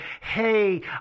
hey